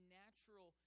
natural